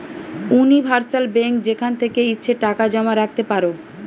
universal bank যেখান থেকে ইচ্ছে টাকা জমা রাখতে পারো